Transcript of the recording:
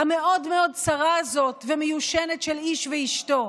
המאוד-מאוד צרה הזאת ומיושנת של "איש ואשתו".